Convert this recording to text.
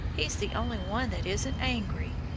he's the only one that isn't angry.